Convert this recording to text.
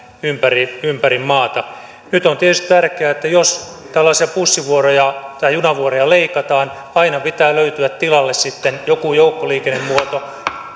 ympäri ympäri maata nyt on tietysti tärkeää että jos tällaisia bussivuoroja tai junavuoroja leikataan aina pitää löytyä tilalle sitten joku joukkoliikennemuoto